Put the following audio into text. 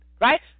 right